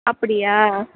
அப்படியா